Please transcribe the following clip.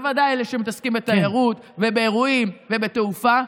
ובוודאי אלה שמתעסקים בתיירות ובאירועים ובתעופה,